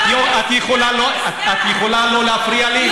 את יכולה לא להפריע לי?